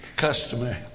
customer